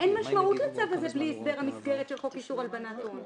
אין משמעות לצו הזה בלי הסדר המסגרת של חוק איסור הלבנת הון.